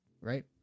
right